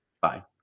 Bye